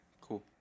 cool